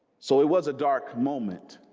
so it was a dark moment